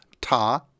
ta